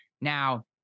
Now